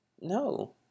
No